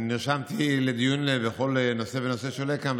אני נרשמתי לדיון בכל נושא ונושא שעולה כאן,